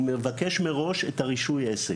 הוא מבקש מראש את הרישוי העסק,